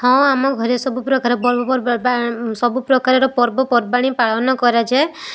ହଁ ଆମ ଘରେ ସବୁ ପ୍ରକାର ସବୁ ପ୍ରକାରର ପର୍ବପର୍ବାଣୀ ପାଳନ କରାଯାଏ